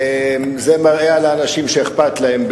זה מראה על האנשים שאכפת להם,